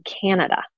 Canada